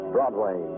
Broadway